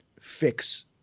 fix